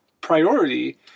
priority